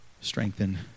strengthen